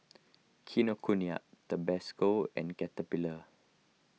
Kinokuniya Tabasco and Caterpillar